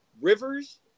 Rivers